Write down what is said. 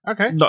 Okay